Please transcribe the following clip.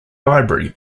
library